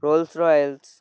Rolls Royce